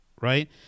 Right